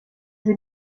they